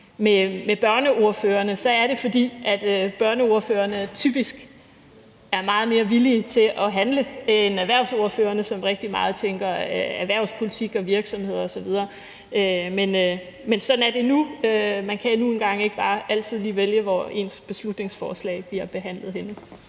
med børneordførerne, er det, fordi børneordførerne typisk er meget mere villige til at handle end erhvervsordførerne, som rigtig meget tænker erhvervspolitik og virksomheder osv. Men sådan er det nu; man kan nu engang ikke bare altid lige vælge, hvor ens beslutningsforslag bliver behandlet henne.